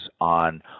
on